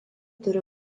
turi